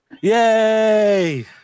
Yay